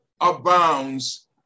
abounds